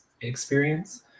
experience